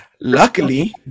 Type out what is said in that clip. Luckily